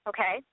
Okay